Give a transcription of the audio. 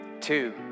Two